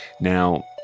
now